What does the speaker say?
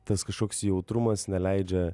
tas kažkoks jautrumas neleidžia